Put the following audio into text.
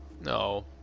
No